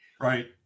right